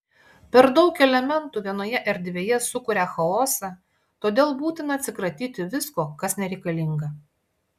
per daug elementų vienoje erdvėje sukuria chaosą todėl būtina atsikratyti visko kas nereikalinga